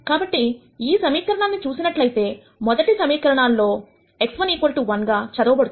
కాబట్టి ఈ సమీకరణాన్ని చూసినట్లయితే మొదటి సమీకరణ x1 1 గా చదవ బడుతుంది